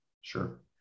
Sure